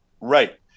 Right